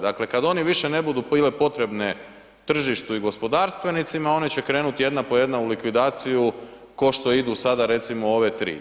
Dakle kada one više ne budu bile potrebne tržištu i gospodarstvenicima one će krenuti jedna po jedna u likvidaciju kao što idu sada recimo ove tri.